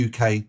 UK